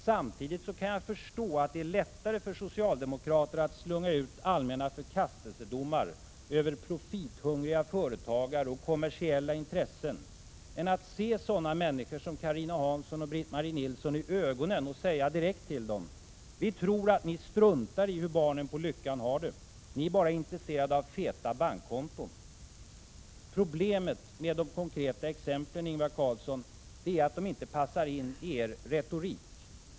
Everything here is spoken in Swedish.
Samtidigt kan jag förstå att det är lättare för socialdemokraterna att slunga ut allmänna förkastelsedomar över profithungriga företagare och kommersiella intressen än att se sådana människor som Carina Hansson och Britt-Mari Nilsson i ögonen och säga: ”Vi tror att ni struntar i hur barnen på Lyckan har det. Ni är bara intresserade av feta bankkonton.” Problemet med de konkreta exemplen, Ingvar Carlsson, är att de inte passar ini er retorik.